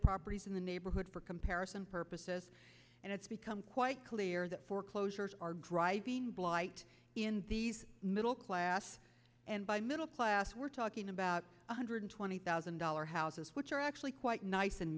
properties in the neighborhood for comparison purposes and it's become quite clear that foreclosures are driving blight in these middle class and by middle class we're talking about one hundred twenty thousand dollar houses which are actually quite nice in